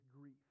grief